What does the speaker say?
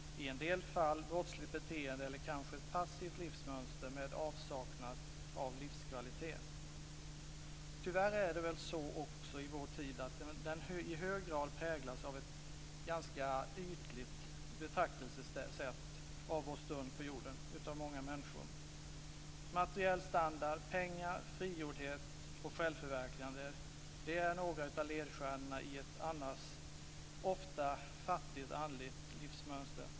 I en del fall kan det bli brottsligt beteende eller kanske ett passivt livsmönster med avsaknad av livskvalitet. Tyvärr präglas många människor i vår tid i hög grad av ett ganska ytligt betraktelsesätt av vår stund på jorden. Materiell standard, pengar, frigjordhet och självförverkligande är några av ledstjärnorna i ett annars ofta fattigt andligt livsmönster.